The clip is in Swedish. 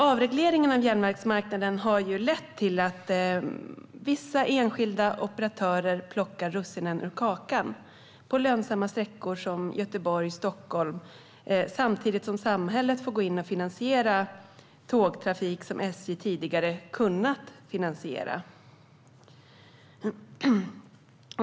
Avregleringen av järnvägsmarknaden har lett till att vissa enskilda operatörer plockar russinen ur kakan på lönsamma sträckor som Göteborg-Stockholm samtidigt som samhället får gå in och finansiera tågtrafik som SJ tidigare kunnat finansiera.